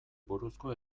buruzko